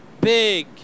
big